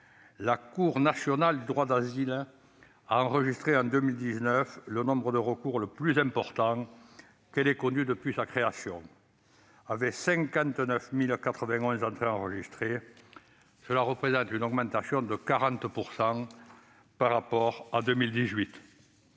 la Cour nationale du droit d'asile (CNDA) a enregistré en 2019 le nombre de recours le plus important depuis sa création, avec 59 091 entrées enregistrées ; cela représente une augmentation de 40 % par rapport à 2018.